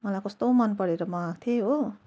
मलाई कस्तो मन परेर मगाएको थिएँ हो